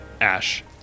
Ash